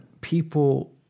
people